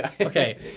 okay